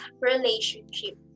relationship